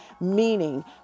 meaning